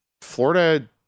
Florida